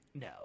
No